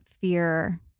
fear